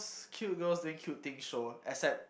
cute girls doing cute things show except